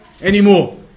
anymore